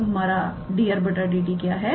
तो हमारा 𝑑𝑟⃗ 𝑑𝑡 क्या है